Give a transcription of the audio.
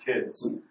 kids